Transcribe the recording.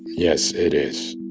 yes, it is